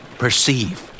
perceive